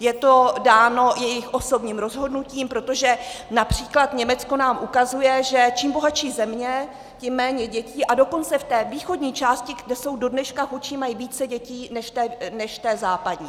Je to dáno jejich osobním rozhodnutím, protože např. Německo nám ukazuje, že čím bohatší země, tím méně dětí, a dokonce v té východní části, kde jsou dodneška chudší, mají více dětí než v té západní.